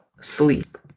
sleep